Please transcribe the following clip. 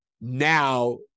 now